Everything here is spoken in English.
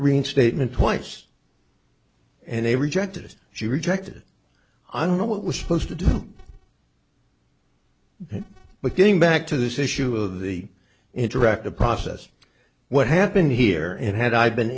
reinstatement twice and they rejected it she rejected i don't know what was supposed to do but getting back to this issue of the interactive process what happened here and had i been